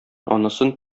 анысын